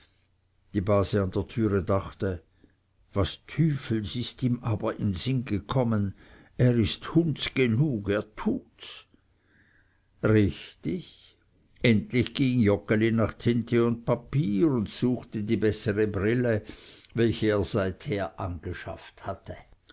die base an der türe dachte was tüfels ist ihm aber in sinn gekommen er ist hunds genug er tuts richtig endlich ging joggeli nach tinte und papier und suchte die bessere brille welche er seither angeschafft hatte